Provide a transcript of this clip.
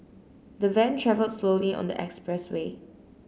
the van travelled slowly on the expressway